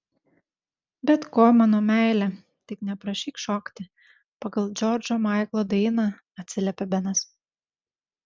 bet ko mano meile tik neprašyk šokti pagal džordžo maiklo dainą atsiliepė benas